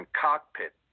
cockpit